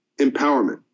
Empowerment